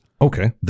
Okay